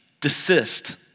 desist